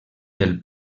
del